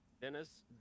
Dennis